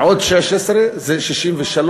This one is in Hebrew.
ועוד 16 זה 63,